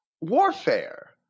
warfare